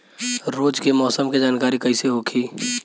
रोज के मौसम के जानकारी कइसे होखि?